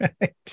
right